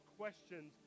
questions